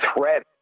threat